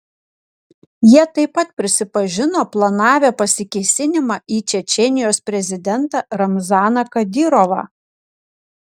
jie taip pat prisipažino planavę pasikėsinimą į čečėnijos prezidentą ramzaną kadyrovą